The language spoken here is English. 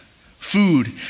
food